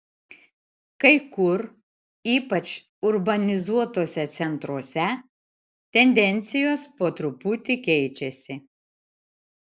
kai kur ypač urbanizuotuose centruose tendencijos po truputį keičiasi